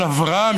על אברהם,